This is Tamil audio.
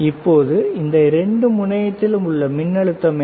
இப்போது இந்த இரண்டு முனையத்திலும் உள்ள மின்னழுத்தம் என்ன